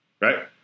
Right